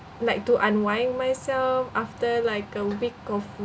like to unwind myself after like a week of